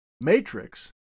matrix